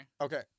Okay